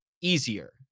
easier